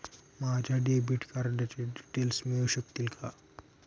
माझ्या डेबिट कार्डचे डिटेल्स मिळू शकतील का?